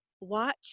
watch